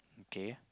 okay